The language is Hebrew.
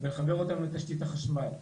לחבר אותם לתשתית החשמל,